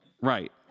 Right